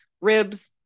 ribs